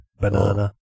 banana